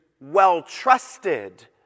well-trusted